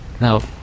Now